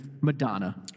Madonna